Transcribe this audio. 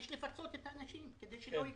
יש לפצות את האנשים כדי שלא יקרסו.